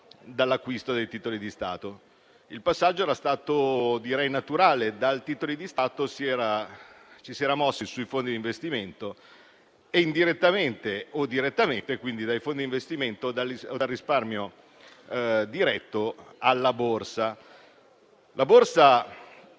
Il passaggio era stato, direi, naturale: dai titoli di Stato ci si era mossi sui fondi di investimento e, indirettamente o direttamente, quindi dai fondi di investimento o dal risparmio diretto, alla Borsa.